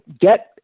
get